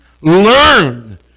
Learn